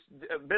business